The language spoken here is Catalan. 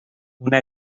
una